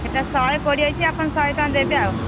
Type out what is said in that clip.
ସେଇଟା ଶହେ କୋଡ଼ିଏ ଅଛି ଆପଣ ଶହେ ଟଙ୍କା ଦେବେ ଆଉ